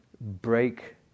break